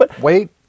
wait